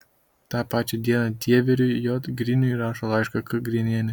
tą pačią dieną dieveriui j griniui rašo laišką k grinienė